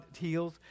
heals